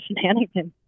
shenanigans